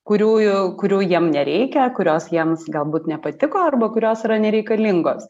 kurių jau kurių jiem nereikia kurios jiems galbūt nepatiko arba kurios yra nereikalingos